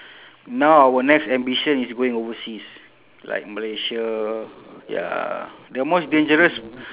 now our next ambition is going overseas like malaysia ya the most dangerous